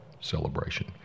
celebration